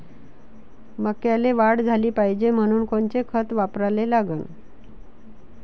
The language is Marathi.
मक्याले वाढ झाली पाहिजे म्हनून कोनचे खतं वापराले लागन?